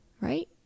right